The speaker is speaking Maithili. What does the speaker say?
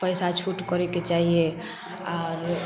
पइसा छूट करैके चाही आओर